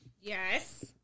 Yes